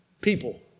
People